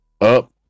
up